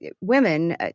women